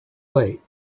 late